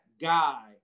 guy